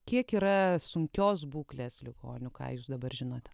kiek yra sunkios būklės ligonių ką jūs dabar žinote